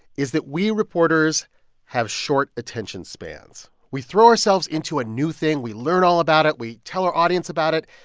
is that we reporters have short attention spans. we throw ourselves into a new thing. we learn all about it. we tell our audience about it.